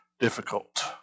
difficult